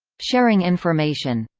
sharing information